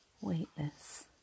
weightless